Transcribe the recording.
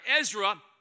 Ezra